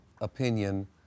opinion